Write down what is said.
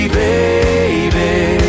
baby